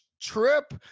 trip